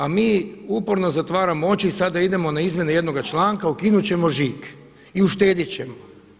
A mi uporno zatvaramo oči i sada idemo na izmjene jednoga članka, ukinuti ćemo žig i uštedjet ćemo.